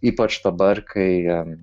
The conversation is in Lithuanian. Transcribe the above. ypač dabar kai